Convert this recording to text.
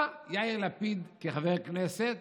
מה יאיר לפיד כחבר כנסת